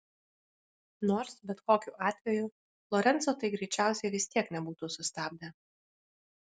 nors bet kokiu atveju lorenco tai greičiausiai vis tiek nebūtų sustabdę